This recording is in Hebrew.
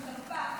זו חרפה.